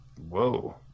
Whoa